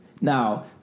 now